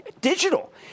digital